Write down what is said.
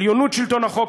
עליונות שלטון החוק,